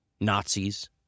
Nazis